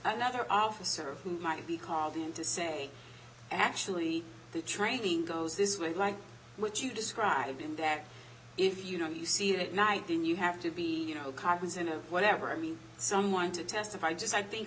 another officer who might be called in to say actually the training goes this way like what you describe in that if you know you see that night then you have to be you know cognizant of whatever i mean someone to testify just i think